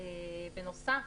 בנוסף,